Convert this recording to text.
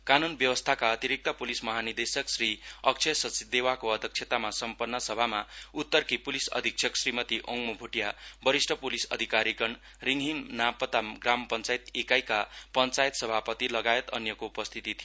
कानून व्यवस्थाका अतिरिक्त पुलिस महानिदेशक श्री अक्षय सचदेवाको अध्यक्षतामा सम्पन्न सभामा उत्तरकी पुलिस अधिक्षक श्रीमती ओङमो भोटिया वरिष्ठ पुलिस अधिकारिगण रिङहिम नामपताम ग्राम पञ्चायत एकाई जिपियू का पञ्चायत सभाप्रति लगायत अन्यको उपस्थिति थियो